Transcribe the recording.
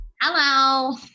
Hello